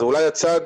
זה אולי הצעד